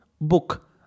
book